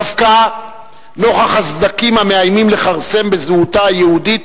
דווקא נוכח הסדקים המאיימים לכרסם בזהותה היהודית